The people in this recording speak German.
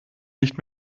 nicht